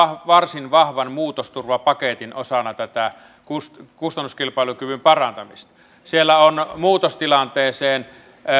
varsin vahvan muutosturvapaketin osana tätä kustannuskilpailukyvyn parantamista siellä on muutostilanteisiin